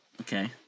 Okay